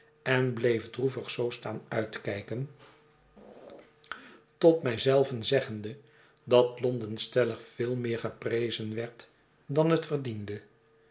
en bleef droevig zoo staan uitkijken tot mij zelven zeggende dat londen stellig veel meer geprezen werd dan het verdiende